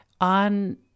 on